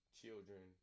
children